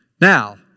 Now